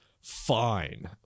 Fine